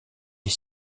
est